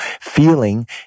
Feeling